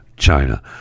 China